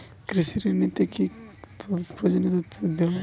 কৃষি ঋণ নিতে কি কি প্রয়োজনীয় তথ্য দিতে হবে?